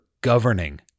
governing